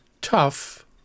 Tough